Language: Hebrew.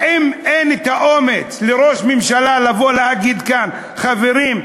האם אין לראש ממשלה האומץ לבוא להגיד כאן: חברים,